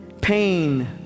pain